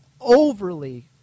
overly